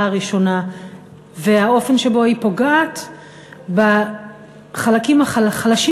הראשונה ועל האופן שבו היא פוגעת בחלקים החלשים